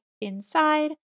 inside